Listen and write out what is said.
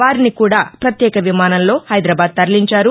వారిని కూడా ప్రత్యేక విమానంలో హైదరాబాద్ తరలించారు